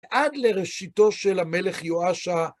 עד לראשיתו של המלך יואש ה...